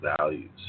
Values